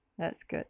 that's good